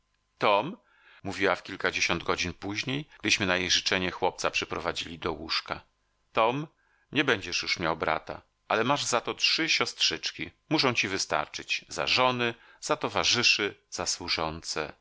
tom mówiła w kilkadziesiąt godzin później gdyśmy na jej życzenie chłopca przyprowadzili do łóżka tom nie będziesz już miał brata ale masz za to trzy siostrzyczki muszą ci wystarczyć za żony za towarzyszy za służące